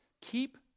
keep